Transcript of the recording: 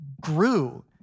grew